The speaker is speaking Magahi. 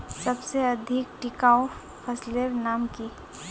सबसे अधिक टिकाऊ फसलेर नाम की?